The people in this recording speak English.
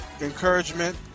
encouragement